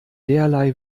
derlei